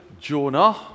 Jonah